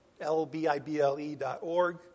lbible.org